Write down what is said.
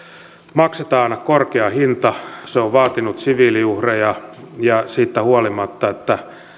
maksetaan korkea hinta se on vaatinut siviiliuhreja siitä huolimatta että